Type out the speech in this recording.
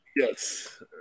Yes